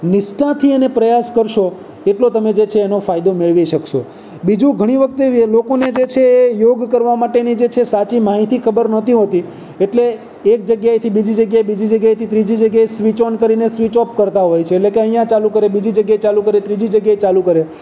નિષ્ઠાથી અને પ્રયાસ કરશો એટલો તમે જે છે એનો ફાયદો મેળવી શકશો બીજું ઘણી વખતે લોકોને જે છે તે યોગ કરવા માટેની જે છે સાચી માહિતી ખબર નહોતી હોતી એટલે એક જગ્યાએથી બીજી જગ્યાએ બીજી જગ્યાએથી ત્રીજી જગ્યાએ સ્વિચઓન કરીને સ્વિચઓફ કરતા હોય છે એટલે કે અહીંયા ચાલું કરે બીજી જગ્યાએ ચાલું કરે ત્રીજી જગ્યાએ ચાલું કરે